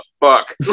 fuck